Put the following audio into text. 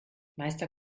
meister